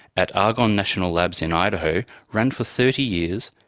at argonne national labs in idaho ran for thirty years,